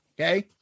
Okay